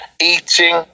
eating